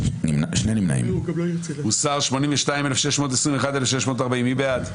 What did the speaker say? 81, מתייחסת להסתייגויות 1620-1601, מי בעד?